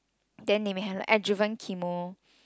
then they might have ad driven chemo